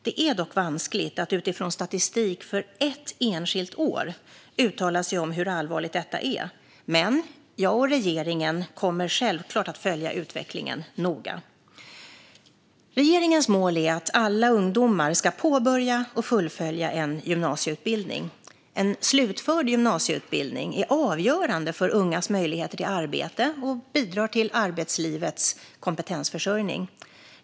Det är dock vanskligt att utifrån statistik för ett enskilt år uttala sig om hur allvarligt detta är, men jag och regeringen kommer självklart att följa utvecklingen noga. Regeringens mål är att alla ungdomar ska påbörja och fullfölja en gymnasieutbildning. En slutförd gymnasieutbildning är avgörande för ungas möjligheter till arbete och bidrar till arbetslivets kompetensförsörjning.